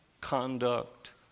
conduct